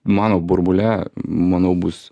mano burbule manau bus